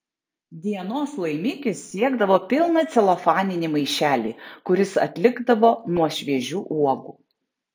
dienos laimikis siekdavo pilną celofaninį maišelį kuris atlikdavo nuo šviežių uogų